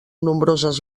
nombroses